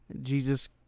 Jesus